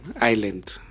Island